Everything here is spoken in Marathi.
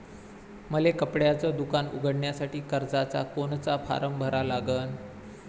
मले कपड्याच दुकान उघडासाठी कर्जाचा कोनचा फारम भरा लागन?